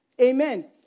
Amen